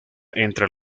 entre